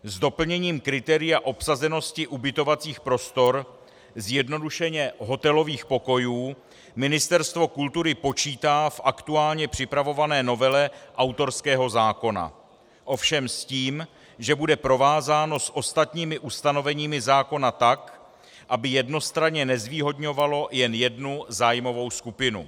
S doplněním kritéria obsazenosti ubytovacích prostor, zjednodušeně hotelových pokojů, Ministerstvo kultury počítá v aktuálně připravované novele autorského zákona, ovšem s tím, že bude provázáno s ostatními ustanoveními zákona tak, aby jednostranně nezvýhodňovalo jen jednu zájmovou skupinu.